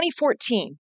2014